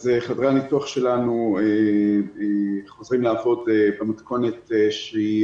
אז חדרי הניתוח שלנו חוזרים לעבוד במתכונת שהיא